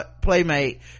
playmate